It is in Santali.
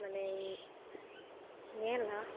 ᱢᱟᱱᱮᱧ ᱧᱮᱞᱟ